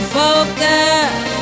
focus